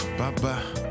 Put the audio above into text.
bye-bye